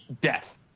death